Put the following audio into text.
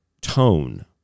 tone